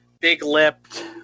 big-lipped